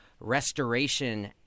Restoration